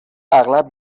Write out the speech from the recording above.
اغلب